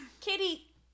kitty